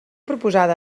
proposada